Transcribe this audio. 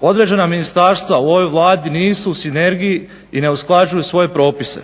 određena ministarstva u ovoj Vladi nisu u sinergiji i ne usklađuju svoje propise.